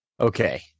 Okay